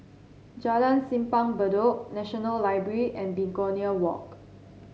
Jalan Simpang Bedok National Library and Begonia Walk